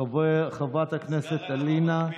חברת הכנסת אלינה.